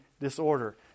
disorder